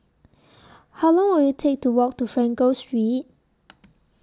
How Long Will IT Take to Walk to Frankel Street